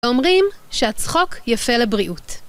אומרים שהצחוק יפה לבריאות.